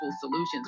solutions